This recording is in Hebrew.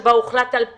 שבה הוחלט על פיילוט,